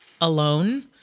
alone